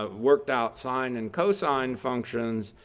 ah worked out sine and cosine functions.